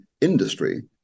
industry